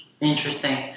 Interesting